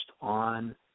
on